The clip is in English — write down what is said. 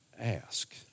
ask